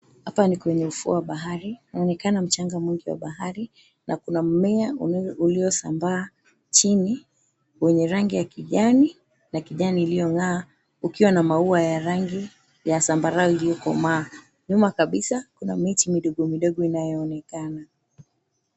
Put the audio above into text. Hapa ni kwenye ufua wa habari, kunaonekana mchanga mwingi wa bahari. Na kuna mmea mnene uliosambaa chini wenye rangi ya kijani na kijani iliyong'aa, ukiwa na maua ya rangi ya zambarau iliyokomaa. Nyuma kabisa, kuna miti midogo midogo inayoonekana.